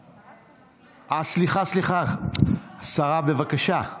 סליחה, סליחה, השרה, בבקשה.